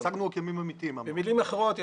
במלים אחרות,